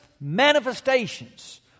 manifestations